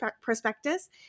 Prospectus